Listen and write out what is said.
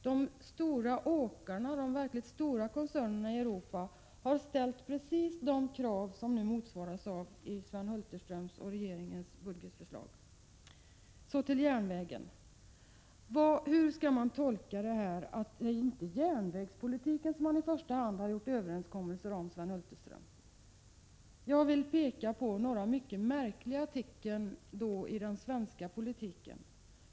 De stora åkarna och de verkligt stora koncernerna i Europa har ställt precis de krav som nu motsvaras av Sven Hulterströms och regeringens budgetförslag. Så till järnvägen. Hur skall vi tolka detta att det inte är järnvägspolitiken som man i första hand har gjort överenskommelser om? Jag vill peka på några mycket märkliga tecken i den svenska politiken.